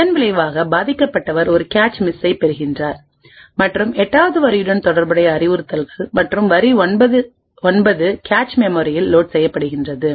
இதன் விளைவாக பாதிக்கப்பட்டவர் ஒரு கேச் மிஸ்சை பெறுகிறார் மற்றும் 8 வது வரியுடன் தொடர்புடைய அறிவுறுத்தல்கள் மற்றும் வரி 9 கேச் மெமரியில் லோட் செய்யப்படுகின்றது